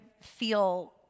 feel